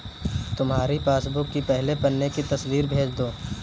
तुम्हारी पासबुक की पहले पन्ने की तस्वीर भेज दो